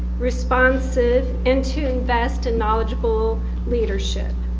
responsive, and to invest in knowledgeable leadership.